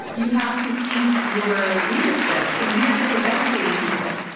you have to seize your leadership, and leadership is educating people.